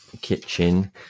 kitchen